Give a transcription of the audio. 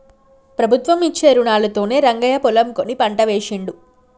ప్రభుత్వం ఇచ్చే రుణాలతోనే రంగయ్య పొలం కొని పంట వేశిండు